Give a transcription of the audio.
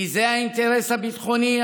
כי זה האינטרס הביטחוני,